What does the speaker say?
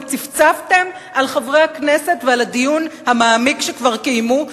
וצפצפתם על חברי הכנסת ועל הדיון המעמיק שכבר קיימו.